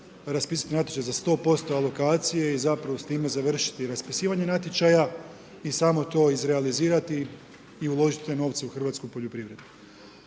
raspisati natječaj za 100% alokacije i zapravo s time završiti raspisivanje natječaja i samo to izrealizirati i uložiti te novce u hrvatsku poljoprivredu.